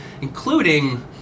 including